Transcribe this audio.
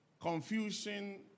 confusion